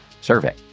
survey